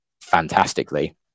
fantastically